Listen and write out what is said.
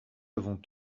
avons